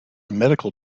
medical